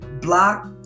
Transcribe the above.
block